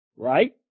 Right